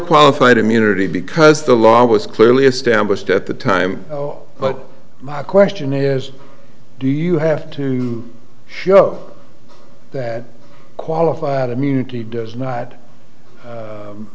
qualified immunity because the law was clearly established at the time but my question is do you have to show that qualified immunity does not